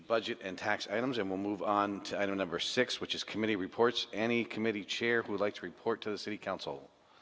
budget and tax items and we'll move on to i don't number six which is committee reports any committee chair who likes report to the city council